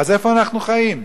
איפה אנחנו חיים?